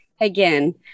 again